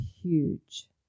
huge